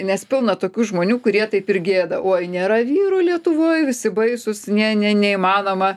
nes pilna tokių žmonių kurie taip ir gėda oi nėra vyrų lietuvoj visi baisūs ne ne neįmanoma